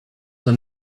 the